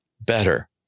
better